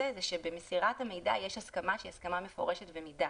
היא שבמסירת המידע יש הסכמה שהיא הסכמה מפורשת ומדעת.